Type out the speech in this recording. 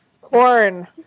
corn